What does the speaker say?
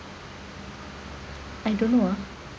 I don't know ah